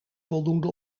voldoende